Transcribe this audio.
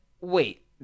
wait